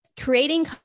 creating